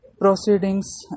Proceedings